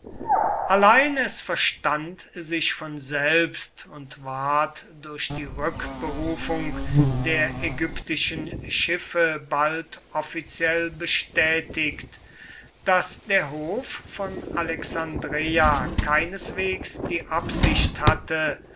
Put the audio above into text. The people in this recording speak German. allein es verstand sich von selbst und ward durch die rückberufung der ägyptischen schiffe bald offiziell bestätigt daß der hof von alexandreia keineswegs die absicht hatte